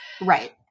Right